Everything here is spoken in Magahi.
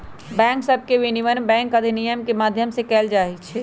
बैंक सभके विनियमन बैंक अधिनियम के माध्यम से कएल जाइ छइ